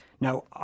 Now